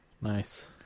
Nice